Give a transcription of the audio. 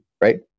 right